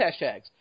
hashtags